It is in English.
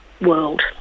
world